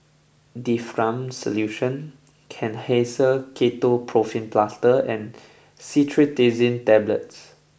Difflam Solution Kenhancer Ketoprofen Plaster and Cetirizine Tablets